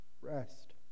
rest